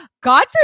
God